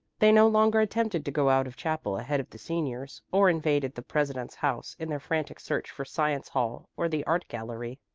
they no longer attempted to go out of chapel ahead of the seniors, or invaded the president's house in their frantic search for science hall or the art gallery.